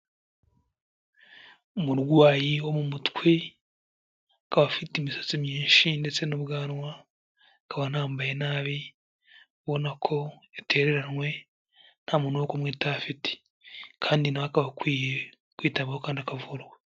Umurwayi wo mu mutwe akaba afite imisatsi myinshi ndetse n'ubwanwa, akaba anambaye nabi, ubona ko yatereranywe, nta muntu wo kumwitaho afite, kandi na we akaba akwiye kwitabwaho kandi akavurwa.